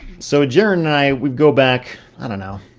so jaren and i, we go back, i don't know,